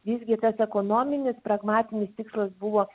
visgi tas ekonominis pragmatinis tikslas buvo